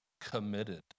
committed